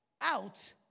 out